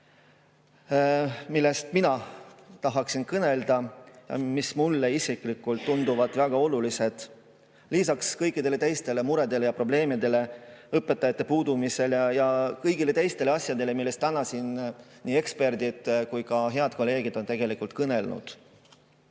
kõneleda kahest asjast, mis mulle isiklikult tunduvad väga olulised lisaks kõikidele teistele muredele ja probleemidele, õpetajate puudumisele ja kõigile teistele asjadele, millest täna siin nii eksperdid kui ka head kolleegid on kõnelenud.